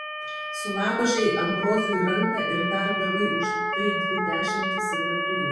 sulaužei ambrozui ranką ir dar gavai už tai dvi dešimtis sidabrinių